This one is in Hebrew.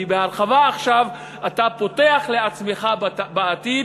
כי בהרחבה עכשיו אתה פותח לעצמך בעתיד